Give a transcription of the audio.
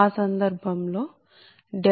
ఆ సందర్భంలో Pg23704